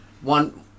one